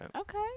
Okay